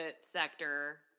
sector